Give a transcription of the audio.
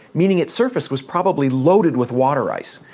meaning its surface was probably loaded with water ice.